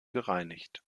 gereinigt